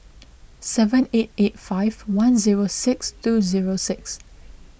seven eight eight five one zero six two zero six